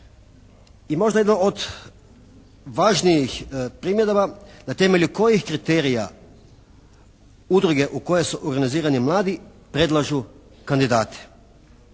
i možda jedno od važnijih primjedaba, na temelju kojih kriterija udruge u koje su organizirani mladi, predlažu kandidate.